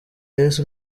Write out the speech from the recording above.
yesu